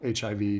HIV